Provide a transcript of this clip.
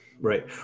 right